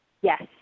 Yes